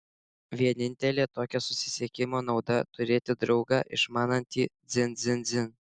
vienintelė tokio susisiekimo nauda turėti draugą išmanantį dzin dzin dzin